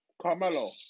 Carmelo